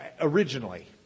originally